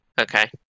Okay